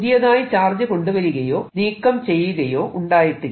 പുതിയതായി ചാർജ് കൊണ്ടുവരികയോ നീക്കം ചെയ്യുകയോ ഉണ്ടായിട്ടില്ല